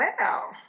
wow